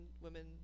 women